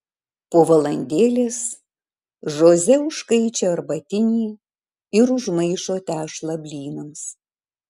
po valandėlės žoze užkaičia arbatinį ir užmaišo tešlą blynams